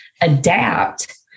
adapt